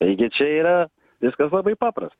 taigi čia yra viskas labai paprasta